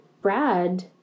Brad